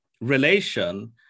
relation